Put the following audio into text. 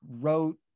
wrote